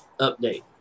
update